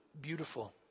Beautiful